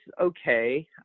okay